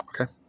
Okay